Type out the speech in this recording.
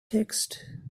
text